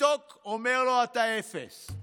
הטיקטוק אומר לו: אתה אפס.